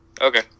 Okay